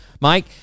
Mike